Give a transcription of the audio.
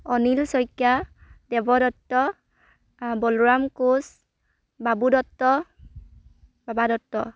Anil Saikia Dev Dutta Balaram Koch Babu Dutta Baba Dutta